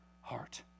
heart